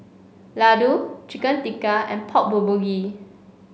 Ladoo Chicken Tikka and Pork Bulgogi